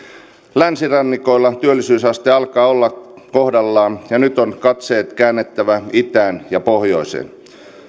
länsirannikolla työllisyysaste alkaa olla kohdallaan ja nyt on katseet käännettävä itään ja pohjoiseen